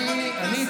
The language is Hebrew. הוא אמר שאני מדבר